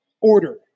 order